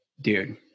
dude